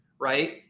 right